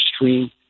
stream